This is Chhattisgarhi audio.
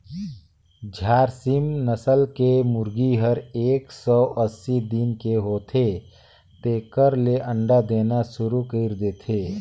झारसिम नसल के मुरगी हर एक सौ अस्सी दिन के होथे तेकर ले अंडा देना सुरु कईर देथे